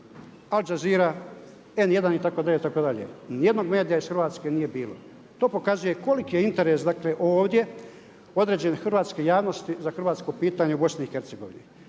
Al Jazeera, N1 itd. itd. Ni jednog medija iz Hrvatske nije bilo. To pokazuje koliki je interes, dakle ovdje određene hrvatske javnosti za hrvatsko pitanje u Bosni